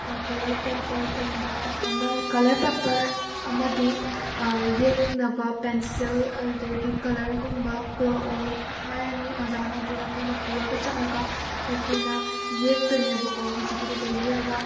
ꯃꯂꯔ ꯄꯦꯄꯔꯒꯨꯝꯕ ꯑꯃ colour paper ꯑꯃꯗꯤ ꯌꯦꯛꯅꯕ ꯄꯦꯟꯁꯤꯜ ꯑꯗꯨꯗꯩꯗꯤ ꯀꯂꯔꯒꯨꯝꯕ ꯄꯣꯔꯛꯑꯣ ꯍꯥꯏꯔꯅꯤ ꯑꯣꯖꯥꯅ ꯑꯗꯨꯒ ꯑꯩꯈꯣꯏꯅ ꯄꯨꯔꯒ ꯆꯠꯂꯒ ꯑꯩꯈꯣꯏꯅ ꯌꯦꯛꯇꯣꯏꯅꯦꯕꯀꯣ ꯍꯧꯖꯤꯛꯀꯤꯗꯨꯗ ꯌꯦꯛꯑꯒ